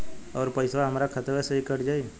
अउर पइसवा हमरा खतवे से ही कट जाई?